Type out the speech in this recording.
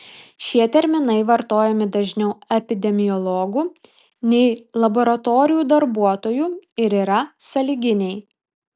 šie terminai vartojami dažniau epidemiologų nei laboratorijų darbuotojų ir yra sąlyginiai